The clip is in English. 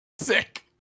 Sick